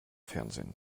fernsehen